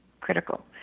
critical